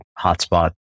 hotspot